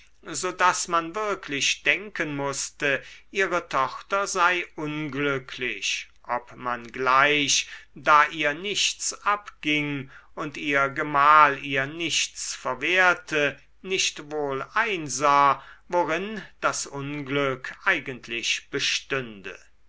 so daß man wirklich denken mußte ihre tochter sei unglücklich ob man gleich da ihr nichts abging und ihr gemahl ihr nichts verwehrte nicht wohl einsah worin das unglück eigentlich bestünde